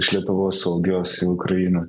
iš lietuvos saugios į ukrainą